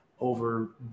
over